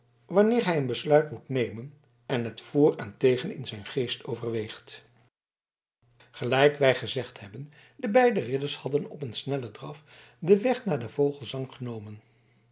wanneer hij een besluit moet nemen en het voor en tegen in zijn geest overweegt gelijk wij gezegd hebben de beide ridders hadden op een snellen draf den weg naar de vogelesang genomen